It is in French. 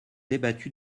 débattu